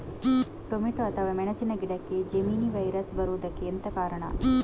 Tomato ಅಥವಾ ಮೆಣಸಿನ ಗಿಡಕ್ಕೆ ಜೆಮಿನಿ ವೈರಸ್ ಬರುವುದಕ್ಕೆ ಎಂತ ಕಾರಣ?